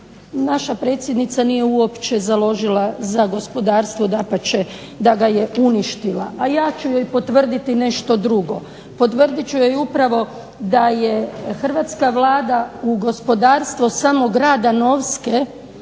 naša predsjednica nije uopće založila za gospodarstvo. Dapače, da ga je uništila. A ja ću joj potvrditi nešto drugo. Potvrdit ću joj upravo da je hrvatska Vlada u gospodarstvo samo grada Novske